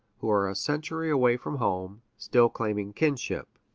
who are a century away from home, still claiming kinship.